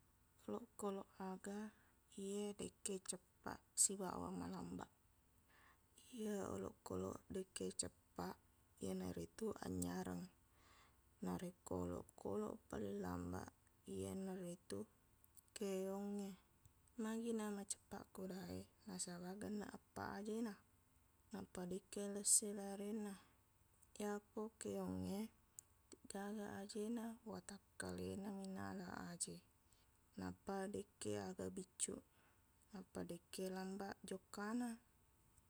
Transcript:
Olokkolok aga iye dekke ceppaq sibawa malambaq iye olokkolok dekke ceppaq iyanaritu annyareng narekko olokkolok paling lamaq iyanaritu keongnge magina maceppaq kuda e nasabaq genneq eppaq ajena nappa dekke lessi larinna iyako keongnge deqgaga ajena watakkalenami na ala aje nappa dekke aga biccuq nappa dekke lambaq jokkana